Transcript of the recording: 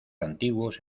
antiguos